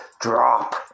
drop